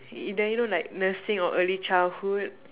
either you know like nursing or early childhood